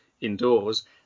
indoors